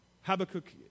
Habakkuk